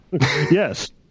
Yes